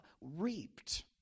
reaped